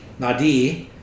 Nadi